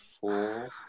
four